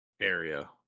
area